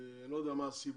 אני לא יודע מה הסיבות,